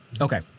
okay